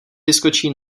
vyskočí